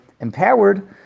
empowered